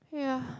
ya